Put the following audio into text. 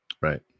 Right